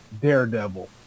Daredevil